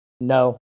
No